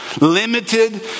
limited